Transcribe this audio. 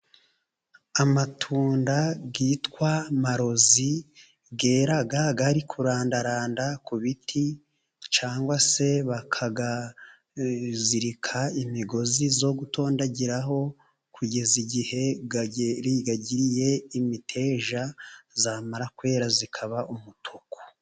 Amatunda yitwa marozi yera ari kurandaranda ku biti, cyangwa se bakayazirika imigozi yo gutondagiraho kugeza igihe agiriye imiteja. Yamara kwera, ikaba umutuku.